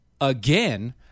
again